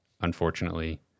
unfortunately